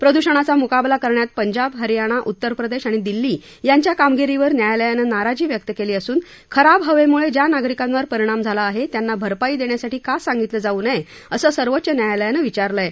प्रदूषणाचा मुकाबला करण्यात पंजाब हरियाणा उत्तरप्रदेश आणि दिल्ली यांच्या कामगिरीवर न्यायालयानं नाराजी व्यक्त केली असून खराब हवेमुळे ज्या नागरिकांवर परिणाम झाला आहे त्यांना भरपाई देण्यासाठी का सांगितलं जाऊ नये असं सर्वोच्च न्यायालयानं म्हटलं आहे